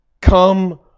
come